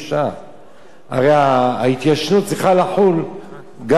הרי ההתיישנות צריכה לחול גם אחרי שנתיים.